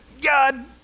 God